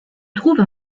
trouve